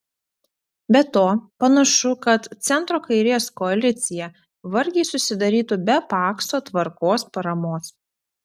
be to panašu kad centro kairės koalicija vargiai susidarytų be pakso tvarkos paramos